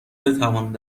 بتواند